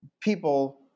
people